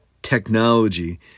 technology